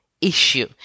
issue